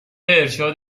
ارشاد